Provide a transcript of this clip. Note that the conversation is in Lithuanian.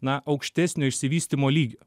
na aukštesnio išsivystymo lygio